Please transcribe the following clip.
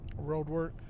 Roadwork